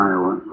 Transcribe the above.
Iowa